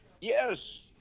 Yes